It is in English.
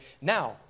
now